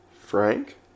Frank